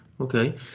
okay